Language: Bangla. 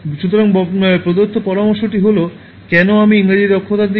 সুতরাং প্রদত্ত পরামর্শটি হল কেন আমি ইংরেজী দক্ষতার বিষয়ে একটি পূর্ণাঙ্গ কোর্স দিই না